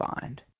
find